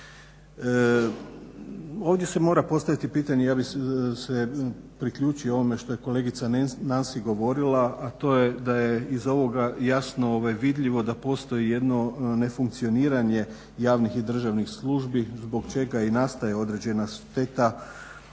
Ovdje se mora postaviti pitanje, ja bih se priključio ovome što je kolegica Nansi govorila, a to je da je iz ovoga jasno vidljivo da postoji jedno nefunkcioniranje javnih i državnih službi zbog čega i nastaje određena šteta